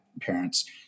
parents